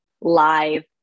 live